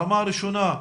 הרמה הראשונה,